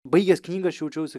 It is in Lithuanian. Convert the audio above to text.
baigęs knygą aš jaučiausi